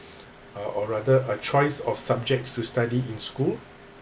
uh or rather a choice of subjects to study in school